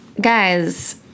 Guys